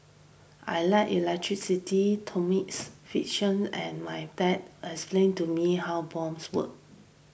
I like electricity and my dad explained to me how bombs work